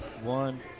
one